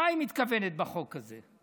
למה היא מתכוונת בחוק הזה?